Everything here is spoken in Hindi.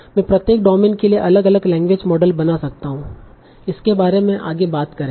मैं प्रत्येक डोमेन के लिए अलग अलग लैंग्वेज मॉडल बना सकता हूं इसके बारे में आगे बात करेंगे